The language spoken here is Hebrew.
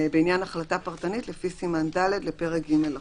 בעניין החלטה פרטנית לפי סימן ד לפרק ג לחוק.